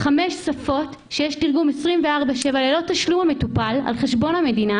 חמש שפות שיש תרגום 24/7 ללא תשלום המטופל ועל חשבון המדינה